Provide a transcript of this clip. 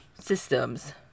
systems